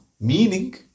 meaning